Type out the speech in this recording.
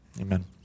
Amen